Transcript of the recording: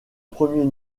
premier